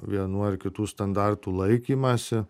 vienų ar kitų standartų laikymąsi